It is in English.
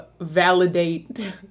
validate